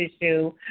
issue